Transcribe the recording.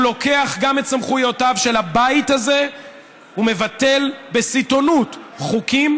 הוא לוקח גם את סמכויותיו של הבית הזה ומבטל בסיטונות חוקים.